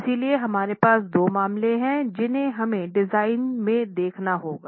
इसलिए हमारे पास दो मामले हैं जिन्हें हमें डिज़ाइन में देखना होगा